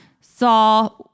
saw